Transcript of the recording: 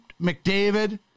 McDavid